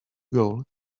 goal